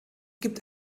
gibt